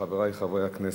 חברי חברי הכנסת,